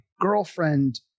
girlfriend